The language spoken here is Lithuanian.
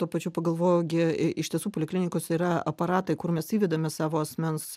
tuo pačiu pagalvoju gi iš tiesų poliklinikose yra aparatai kur mes įvedame savo asmens